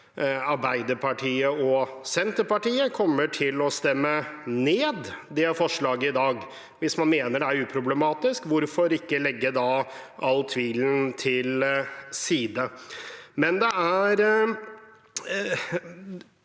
Arbeiderpartiet og Senterpartiet kommer til å stemme ned det forslaget i dag. Hvis man mener det er uproblematisk, hvorfor ikke legge all tvil til side?